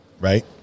right